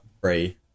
free